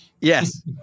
Yes